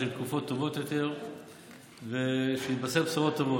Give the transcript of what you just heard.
שיבואו תקופות טובות יותר ושנתבשר בשורות טובות.